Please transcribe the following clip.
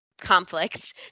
conflicts